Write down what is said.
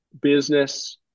business